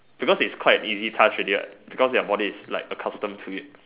because it's quite an easy task already what because like your body is like accustomed to it